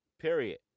Period